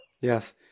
Yes